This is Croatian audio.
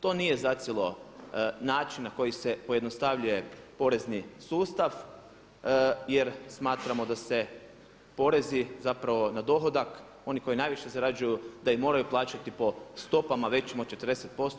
To nije za cijelo način na koji se pojednostavljuje porezni sustav jer smatramo da se porezi, zapravo na dohodak, oni koji najviše zarađuju da i moraju plaćati po stopama većima od 40%